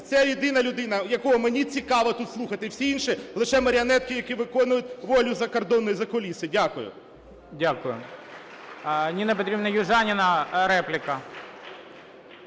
ця єдина людина, якого мені цікаво тут слухати, всі інші - лише маріонетки, які виконують волю закордону і закуліси. Дякую. ГОЛОВУЮЧИЙ. Дякую. Ніна Петрівна Южаніна, репліка.